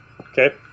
okay